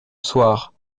soir